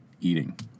eating